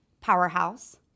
powerhouse